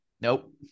Nope